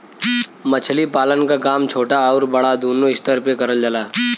मछली पालन क काम छोटा आउर बड़ा दूनो स्तर पे करल जाला